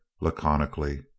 laconically